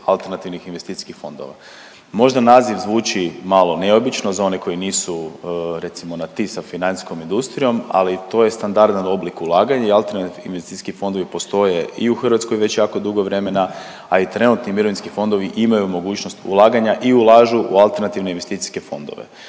koja imaju preko 50 AIF-ova. Možda naziv zvuči malo neobično za one koji nisu recimo na ti sa financijskom industrijom, ali to je standardan oblik ulaganja i AIF-ovi postoje i u Hrvatskoj već jako dugo vremena, a i trenutni mirovinski fondovi imaju mogućnost ulaganja i ulažu u AIF-ove, tako da